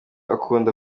akunda